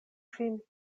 ŝin